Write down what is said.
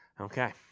Okay